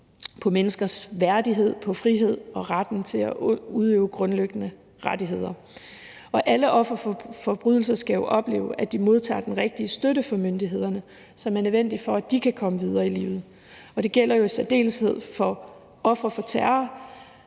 på – menneskers værdighed, frihed og retten til at udøve grundlæggende rettigheder. Alle ofre for forbrydelser skal jo opleve, at de modtager den rigtige støtte fra myndighederne, som er nødvendig for, at de kan komme videre i livet. Og det gælder jo i særdeleshed for ofre for terror,